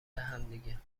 همدیگه